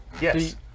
Yes